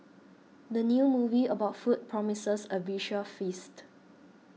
the new movie about food promises a visual feast